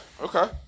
Okay